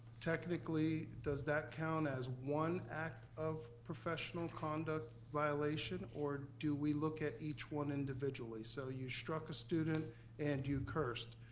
technically, does that count as one act of professional conduct violation? or do we look at each one individually? so you struck a student and you cursed.